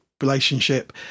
relationship